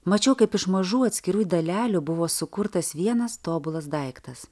mačiau kaip iš mažų atskirų dalelių buvo sukurtas vienas tobulas daiktas